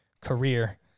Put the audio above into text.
career